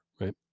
right